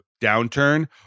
downturn